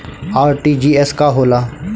RTGS का होला?